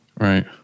Right